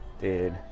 Dude